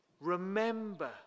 Remember